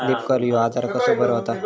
Leaf curl ह्यो आजार कसो बरो व्हता?